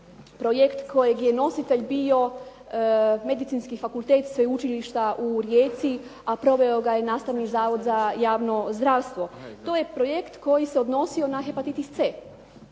projekt kojeg je nositelj bio medicinski fakultet sveučilišta u Rijeci, a proveo ga je nastavni zavod za javno zdravstvo. To je projekt koji se odnosio na hepatitis c.